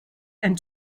and